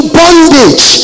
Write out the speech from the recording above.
bondage